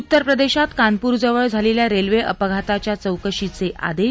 उत्तर प्रदेशात कानपूरजवळ झालेल्या रेल्वे अपघाताच्या चौकशीचे आदेश